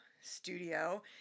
studio